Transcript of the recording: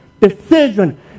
decision